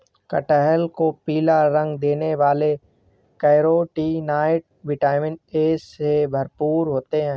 कटहल को पीला रंग देने वाले कैरोटीनॉयड, विटामिन ए से भरपूर होते हैं